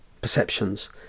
perceptions